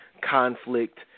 conflict